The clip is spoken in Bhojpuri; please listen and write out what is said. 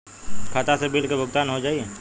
खाता से बिल के भुगतान हो जाई?